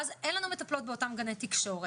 ואז אין לנו מטפלות באותן גני תקשורת,